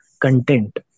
Content